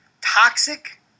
toxic